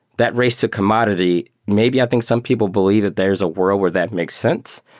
that race to commodity, maybe i think some people believe that there is a world where that makes sense,